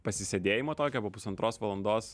pasisėdėjimo tokio po pusantros valandos